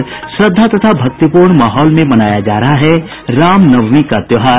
और श्रद्धा तथा भक्तिपूर्ण माहौल में मनाया जा रहा है रामनवमी का त्योहार